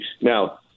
Now